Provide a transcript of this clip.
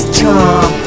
charm